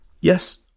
Yes